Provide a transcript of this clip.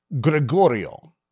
Gregorio